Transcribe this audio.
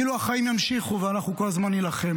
כאילו החיים ימשיכו, ואנחנו כל הזמן נילחם.